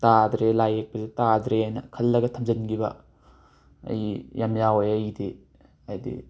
ꯇꯥꯗ꯭ꯔꯦ ꯂꯥꯏ ꯌꯦꯛꯄꯁꯦ ꯇꯥꯗ꯭ꯔꯦꯅ ꯈꯜꯂꯒ ꯊꯝꯖꯤꯟꯈꯤꯕ ꯑꯩ ꯌꯥꯝꯅ ꯌꯥꯎꯋꯦ ꯑꯩꯒꯤꯗꯤ ꯍꯥꯏꯗꯤ